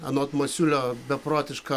anot masiulio beprotišką